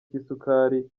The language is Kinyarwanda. cy’isukari